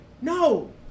no